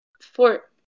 For-